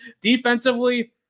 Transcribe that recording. defensively